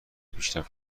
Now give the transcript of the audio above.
پیشرفت